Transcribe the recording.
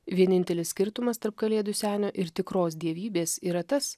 vienintelis skirtumas tarp kalėdų senio ir tikros dievybės yra tas